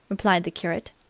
replied the curate,